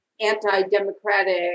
anti-democratic